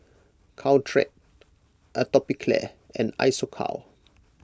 Caltrate Atopiclair and Isocal